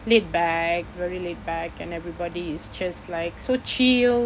laidback very laidback and everybody is just like so chill